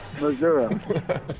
Missouri